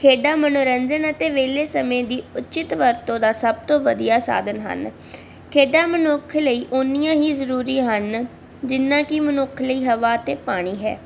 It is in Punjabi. ਖੇਡਾਂ ਮਨੋਰੰਜਨ ਅਤੇ ਵਿਹਲੇ ਸਮੇਂ ਦੀ ਉਚਿਤ ਵਰਤੋਂ ਦਾ ਸਭ ਤੋਂ ਵਧੀਆ ਸਾਧਨ ਹਨ ਖੇਡਾਂ ਮਨੁੱਖ ਲਈ ਓਨੀਆਂ ਹੀ ਜ਼ਰੂਰੀ ਹਨ ਜਿੰਨਾ ਕਿ ਮਨੁੱਖ ਲਈ ਹਵਾ ਅਤੇ ਪਾਣੀ ਹੈ